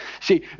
See